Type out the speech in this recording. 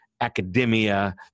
academia